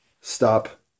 stop